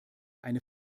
eine